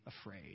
afraid